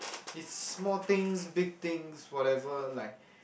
it's small things big things whatever like